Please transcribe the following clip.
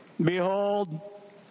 Behold